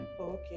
okay